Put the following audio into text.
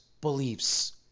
beliefs